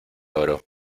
oro